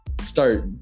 start